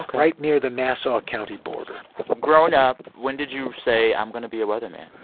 right near the nassau county border growing up, when did you say, i'm going to be a weatherman?